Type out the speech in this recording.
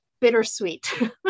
bittersweet